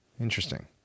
Interesting